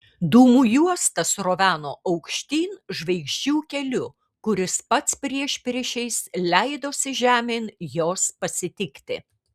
dūmų juosta sroveno aukštyn žvaigždžių keliu kuris pats priešpriešiais leidosi žemėn jos pasitikti